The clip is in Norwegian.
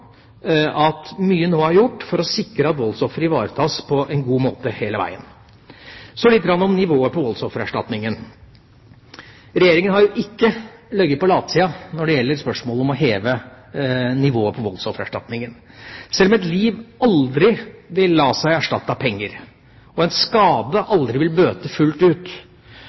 at mye nå er gjort for å sikre at voldsofre ivaretas på en god måte hele veien. Så litt om nivået på voldsoffererstatningen. Regjeringa har jo ikke ligget på latsiden når det gjelder spørsmålet om å heve nivået på voldsoffererstatningen. Selv om et liv aldri vil la seg erstatte av penger, og en skade aldri vil bøtes fullt ut,